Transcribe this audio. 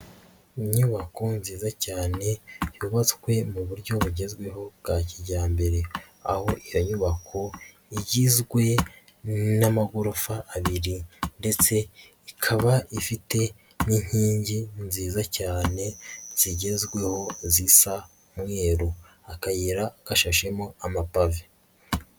Inyubako nziza cyane, yubatswe mu buryo bugezweho bwa kijyambere. Aho iyo nyubako igizwe n'amagorofa abiri ndetse ikaba ifite n'inkingi nziza cyane, zigezweho, zisa umweru. Akayira gashashemo amapave.